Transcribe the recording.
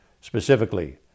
specifically